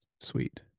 Sweet